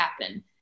happen